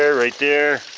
there, right there.